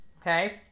Okay